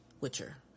Witcher